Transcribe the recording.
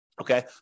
okay